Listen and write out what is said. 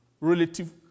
Relative